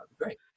great